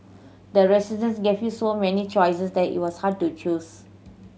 the gave you so many choices that it was hard to choose